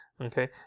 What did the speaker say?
Okay